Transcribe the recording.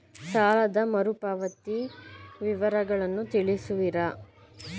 ಸಾಲದ ಮರುಪಾವತಿ ವಿವರಗಳನ್ನು ತಿಳಿಸುವಿರಾ?